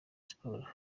sports